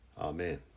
Amen